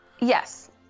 Yes